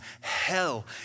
Hell